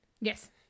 Yes